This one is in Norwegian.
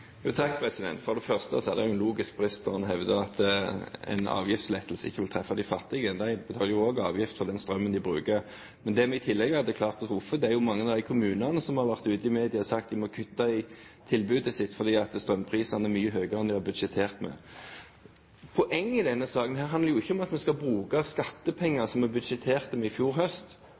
For det første er det en logisk brist når man hevder at en avgiftslettelse ikke vil treffe de fattige. De betaler jo også avgift for den strømmen de bruker. Der det i tillegg er et klart behov, er i mange av de kommunene som har vært ute i mediene og sagt at de må kutte i tilbudet sitt, for strømprisene er mye høyere enn de har budsjettert med. Poenget i denne saken handler jo ikke om at vi skal bruke skattepenger som vi budsjetterte med i fjor høst,